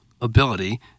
ability